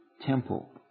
Temple